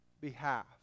behalf